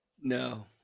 No